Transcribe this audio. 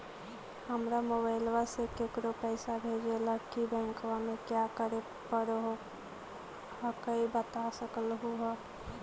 हमरा मोबाइलवा से केकरो पैसा भेजे ला की बैंकवा में क्या करे परो हकाई बता सकलुहा?